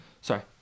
sorry